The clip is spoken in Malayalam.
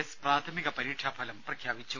എസ് പ്രാഥമിക പരീക്ഷാഫലം പ്രഖ്യാപിച്ചു